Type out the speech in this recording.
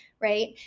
right